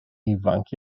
ifanc